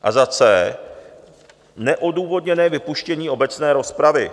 c) neodůvodněné vypuštění obecné rozpravy.